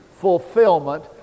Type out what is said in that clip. fulfillment